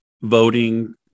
voting